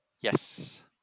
Yes